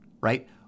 right